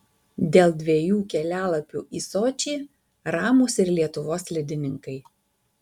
dėl dviejų kelialapių į sočį ramūs ir lietuvos slidininkai